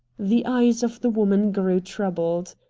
the eyes of the woman grew troubled.